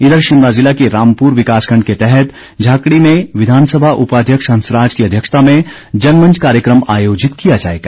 इधर शिमला जिला के रामपुर विकास खण्ड के तहत झाकड़ी में विधानसभा उपाध्यक्ष हंसराज की अध्यक्षता में जनमंच कार्यक्रम आयोजित किया जाएगा